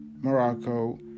Morocco